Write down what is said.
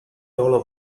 dollar